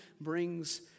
brings